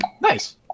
Nice